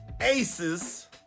aces